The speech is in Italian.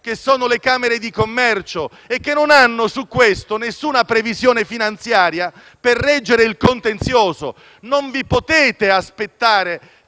che sono le camere di commercio e che non hanno, su questo, nessuna previsione finanziaria per reggere il contenzioso. Non vi potete aspettare